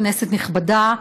כנסת נכבדה,